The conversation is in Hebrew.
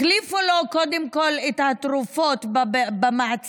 החליפו לו קודם כול את התרופות במעצר